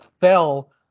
fell